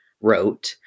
wrote